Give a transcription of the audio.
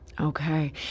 Okay